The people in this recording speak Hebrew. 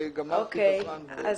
תודה רבה יעקב.